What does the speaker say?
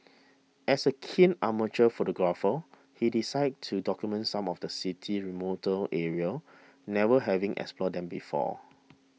as a keen amateur photographer he decided to document some of the city's remoter areas never having explored them before